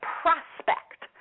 prospect